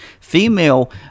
female